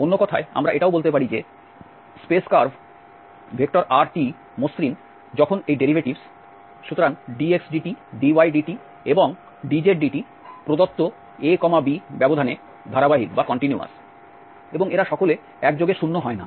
অন্য কথায় আমরা এটাও বলতে পারি যে স্পেস কার্ভ rtমসৃণ যখন এই ডেরিভেটিভস সুতরাং dxdtdydt এবং dzdt প্রদত্ত a b ব্যবধানে ধারাবাহিক এবং এরা সকলে একযোগে শূন্য হয় না